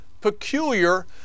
peculiar